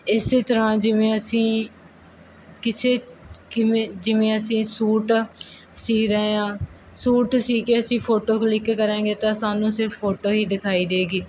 ਇਸ ਤਰ੍ਹਾਂ ਜਿਵੇਂ ਅਸੀਂ ਕਿਸੇ ਕਿਵੇਂ ਜਿਵੇਂ ਅਸੀਂ ਸੂਟ ਸੀ ਰਹੇ ਹਾਂ ਸੂਟ ਸੀ ਕੇ ਅਸੀਂ ਫੋਟੋ ਕਲਿਕ ਕਰਾਂਗੇ ਤਾਂ ਸਾਨੂੰ ਸਿਰਫ ਫੋਟੋ ਹੀ ਦਿਖਾਈ ਦੇਵੇਗੀ